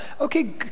okay